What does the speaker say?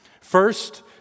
First